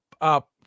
up